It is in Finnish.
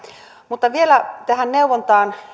mutta vielä tähän neuvontaan